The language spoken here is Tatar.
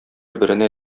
беренә